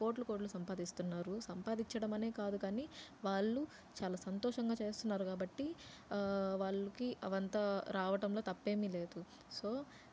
కోట్లు కోట్లు సంపాదిస్తున్నారు సంపాదించడం అనే కాదు కానీ వాళ్ళు చాలా సంతోషంగా చేస్తున్నారు కాబట్టి వాళ్ళకి అవంతా రావటంలో తప్పేమీ లేదు సో